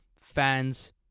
fans